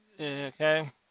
okay